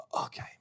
okay